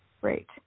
Great